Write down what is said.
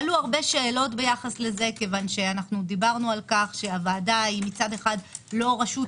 עלו שאלת רבות ביחס לזה כי דיברנו על כך שהוועדה מצד אחד לא רשות